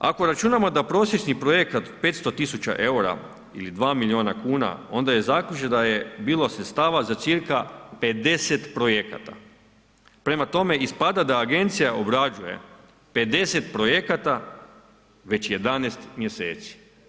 Ako računamo da prosječni projekat 500.000 eura ili 2 milijuna kuna onda je zaključak da je bilo sredstava za cca 50 projekata, prema tome ispada da agencija obrađuje 50 projekata već 11 mjeseci.